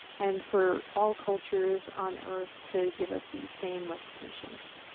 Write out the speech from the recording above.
and for all cultures on earth to give us these same recognitions.